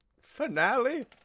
finale